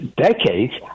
decades